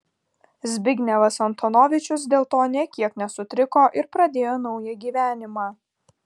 zbignevas antonovičius dėl to nė kiek nesutriko ir pradėjo naują gyvenimą